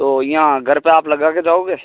तो यहाँ घर पर आप लगा कर जाओगे